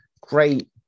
Great